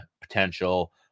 potential